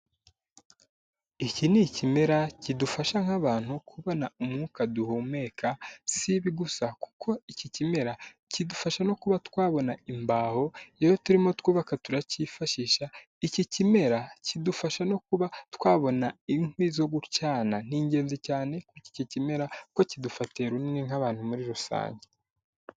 Iki ni ikimera kidufasha nk'abantu kubona umwuka duhumeka, si ibi gusa kuko iki kimera kidufasha no kuba twabona imbaho, iyo turimo twubaka turacyifashisha, iki kimera kidufasha no kuba twabona inkwi zo gucana, ni ingenzi cyane kuri iki kimera kuko kidufatiye nk'abantu muri rusange.